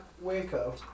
Waco